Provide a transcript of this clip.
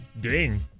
ding